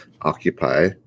occupy